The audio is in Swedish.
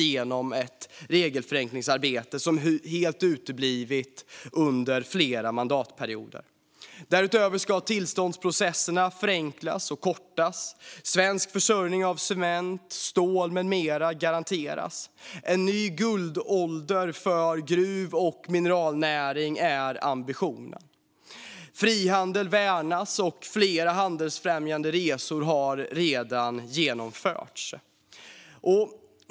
Det arbetet har helt uteblivit under flera mandatperioder. Därutöver ska tillståndsprocesserna förenklas och kortas och svensk försörjning av cement, stål med mera garanteras. En ny guldålder för gruv och mineralnäringen är ambitionen. Frihandeln värnas och flera handelsfrämjande resor har redan genomförts.